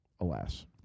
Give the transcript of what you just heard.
alas